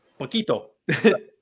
poquito